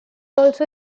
also